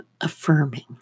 affirming